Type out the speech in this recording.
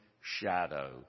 shadow